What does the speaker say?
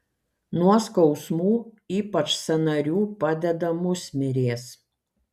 nuo skausmų ypač sąnarių padeda musmirės